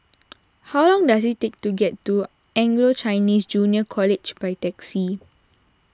how long does it take to get to Anglo Chinese Junior College by taxi